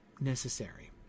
necessary